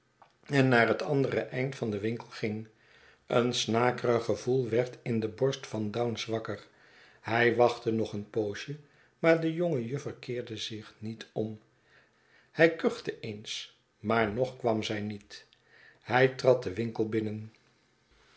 en naar het andere eind van den winkel ging een snakerig gevoel werd in de borst van dounce wakker hy wachtte nog een poosje maar de jonge juffer keerde zich niet om hij kuchte eens maar nog kwam zij niet hij trad den winkel binnen